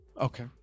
okay